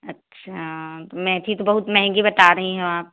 अच्छा मेथी तो बहुत महँगी बता रही हो आप